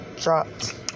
dropped